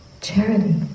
charity